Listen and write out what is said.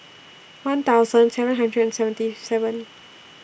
one thousand seven hundred and seventy seven